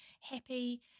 happy